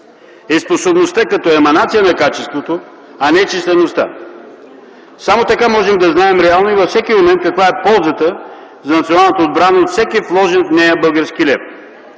и способността като еманация на качеството, не числеността. Само така можем да знаем реално и във всеки момент каква е ползата за националната отбрана от всеки вложен в нея български лев.